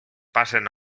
passen